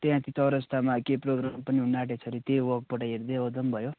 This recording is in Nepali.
त्यहाँ ती चौरस्तामा के प्रोग्राम पनि हुनु आँटेको छ अरे त्यो वकबाट हेर्दै आउँदा भयो